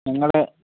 നമ്മുടെ